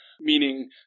meaning